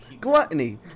Gluttony